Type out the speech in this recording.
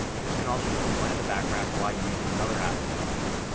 and this could also just run in the background while you're using another app for note taking.